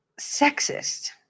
sexist